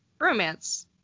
Romance